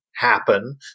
happen